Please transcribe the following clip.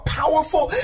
powerful